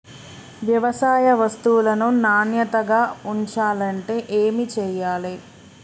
వ్యవసాయ వస్తువులను నాణ్యతగా ఉంచాలంటే ఏమి చెయ్యాలే?